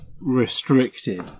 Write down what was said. restricted